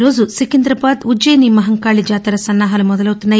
ఈరోజు సికిందాబాద్ ఉజ్ఞయిని మహంకాళి జాతర సన్నాహాలు మొదలవుతున్నాయి